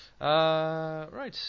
Right